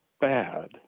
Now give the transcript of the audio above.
bad